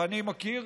ואני מכיר,